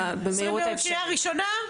20 ביוני קריאה ראשונה?